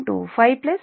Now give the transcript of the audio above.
25 0